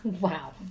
Wow